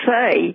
say